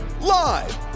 live